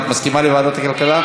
את מסכימה לוועדת הכלכלה?